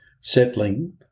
settling